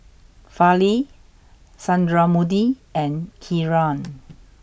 Fali Sundramoorthy and Kiran